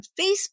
Facebook